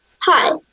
Hi